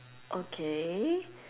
okay